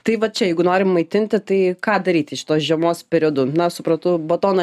tai va čia jeigu norim maitinti tai ką daryti šitos žiemos periodu na supratau batoną